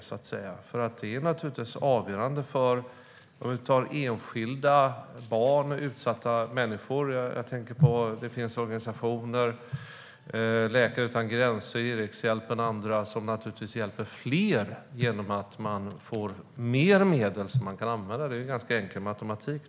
Jag tänker på organisationer som Läkare utan gränser, Erikshjälpen och andra som naturligtvis kan hjälpa fler enskilda barn och utsatta människor genom att de får mer medel som kan användas. Det är ganska enkel matematik.